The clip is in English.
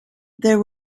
there